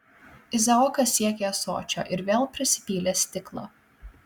izaokas siekė ąsočio ir vėl prisipylė stiklą